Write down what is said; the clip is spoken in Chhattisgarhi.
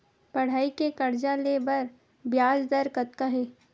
पढ़ई के कर्जा ले बर ब्याज दर कतका हे?